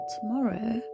tomorrow